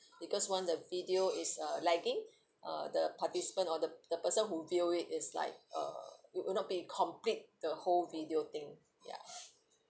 because once the video is uh lagging uh the participant or the the person who view it is like uh it will not be complete the whole video thing ya